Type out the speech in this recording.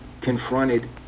confronted